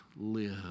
live